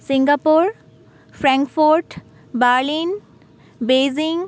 Singapore Frankfurt Berlin Beijing